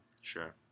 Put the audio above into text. sure